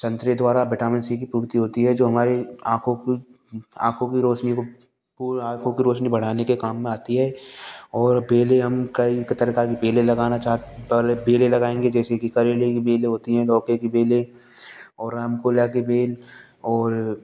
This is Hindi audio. संतरे द्वारा विटामीन सी की पूर्ति होती है जो हमारे आँखों कि आँखों की रोशनी को आँखों की रोशनी बढ़ाने के काम में आती है और पहले हम कई क तरह की बेलें लगाना चाह पहले बेले लगाएँगे जैसे कि करेले की बेलें होती हैं लौकी की बेलें और हम केले के बेल और